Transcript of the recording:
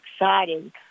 excited